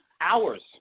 hours